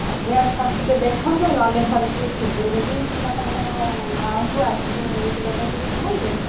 ଆଜ୍ଞା ସାର୍ ଟିକେ ଦେଖନ୍ତୁ ନହଲେ ଘରେ କିଏ ଥିବେ ଯଦି କିମ୍ବା ତାଙ୍କ ମାଙ୍କୁ ଆସିକି ନେଇଯିବା ପାଇଁ ଟିକେ କୁହନ୍ତୁ